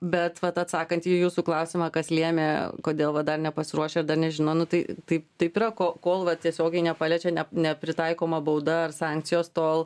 bet vat atsakant į jūsų klausimą kas lėmė kodėl va dar nepasiruošę ar dar nežino nu tai tai taip yra ko kol vat tiesiogiai nepaliečia ne nepritaikoma bauda ar sankcijos tol